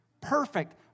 Perfect